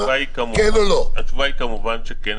כמובן שכו.